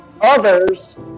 Others